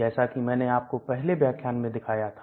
जैसा कि मैंने आपको पहले व्याख्यान में दिखाया था